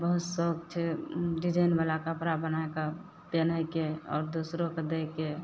बहुत सओख छै डिजाइनवला कपड़ा बनायके पीन्हयके आओर दोसरोके दएके